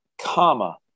comma